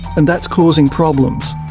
and that's causing problems.